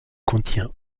contient